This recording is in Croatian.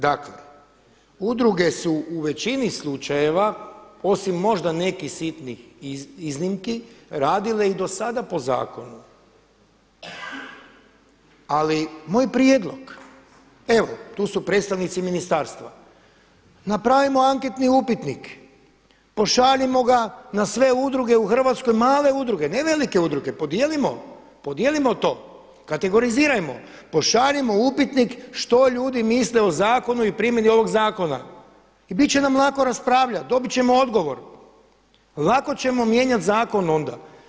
Dakle, udruge su u većini slučajeva, osim možda nekih sitnih iznimki radile i do sada po zakonu, ali moj prijedlog evo tu su predstavnici ministarstva, napravimo anketni upitnik, pošaljimo ga na sve udruge u Hrvatskoj, male udruge, ne velike udruge, podijelimo to, kategorizirajmo, pošaljimo upitnik što ljudi misle o zakonu i primjeni ovog zakona i bit će nam lako raspravljati, dobit ćemo odgovor lako ćemo mijenjati zakon onda.